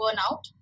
burnout